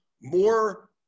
more